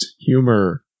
humor